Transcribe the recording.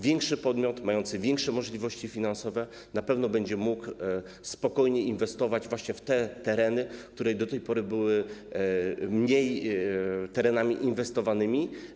Większy podmiot, mający większe możliwości finansowe na pewno będzie mógł spokojnie inwestować właśnie w te tereny, które do tej pory były w mniejszym stopniu doinwestowane.